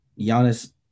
Giannis